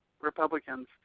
Republicans